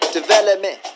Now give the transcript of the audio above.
development